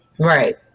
Right